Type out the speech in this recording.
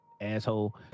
asshole